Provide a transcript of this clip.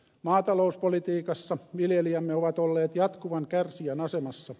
maatalouspolitiikassa viljelijämme ovat olleet jatkuvan kärsijän asemassa